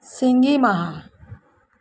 ᱥᱤᱸᱜᱤ ᱢᱟᱦᱟ